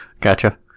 Gotcha